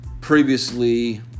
previously